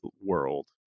world